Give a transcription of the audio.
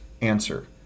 answer